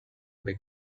big